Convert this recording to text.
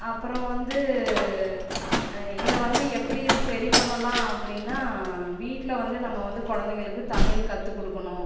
அப்புறம் வந்து இதை வந்து எப்படி சரி பண்ணலாம் அப்படினா வீட்டில வந்து நம்ம வந்து குழந்தைங்களுக்கு தமிழ் கத்துக்கொடுக்கணும்